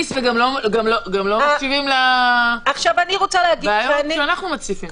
גם לא מקשיבים לבעיות שאנחנו מציפים.